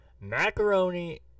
macaroni